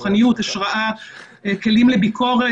חבר'ה, אי-אפשר לנהל כך דיון.